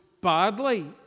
badly